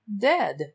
dead